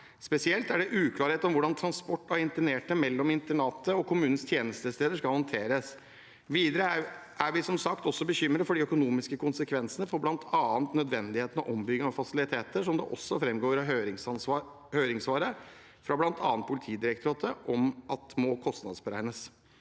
Spesielt er det uklarhet om hvordan transport av internerte mellom internatet og kommunens tjenestesteder skal håndteres. Videre er vi som sagt også bekymret for de økonomiske konsekvensene av bl.a. nødvendigheten av ombygging av fasiliteter, som det framgår av høringssvaret fra bl.a. Politidirektoratet at må kostnadsberegnes.